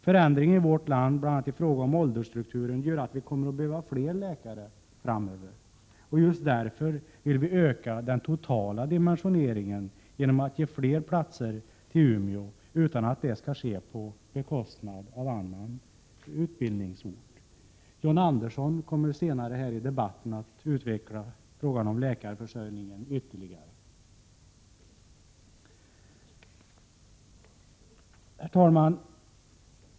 Förändringar i vårt land, bl.a. i fråga om åldersstrukturen, gör att vi kommer att behöva fler läkare framöver. Därför vill vi öka den totala dimensioneringen genom att öka antalet platser i Umeå utan att detta skall behöva ske på bekostnad av andra utbildningsorter. John Andersson kommer senare i debatten att utveckla vår syn på läkarförsörjningen. Herr talman!